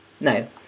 No